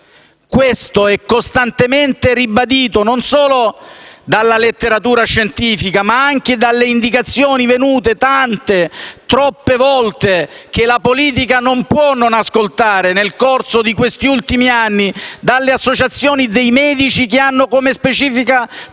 Ciò è costantemente ribadito non solo dalla letteratura scientifica, ma anche dalle indicazioni venute - tante, troppe volte, e che la politica non può non ascoltare - nel corso di questi ultimi anni dalle associazioni dei medici che hanno come specifica